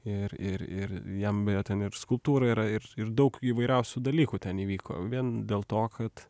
ir ir ir jam ten ir skulptūra yra ir ir daug įvairiausių dalykų ten įvyko vien dėl to kad